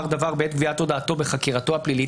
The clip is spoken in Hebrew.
דבר בעת גביית הודעתו בחקירתו הפלילית",